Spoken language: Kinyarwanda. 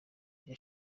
byo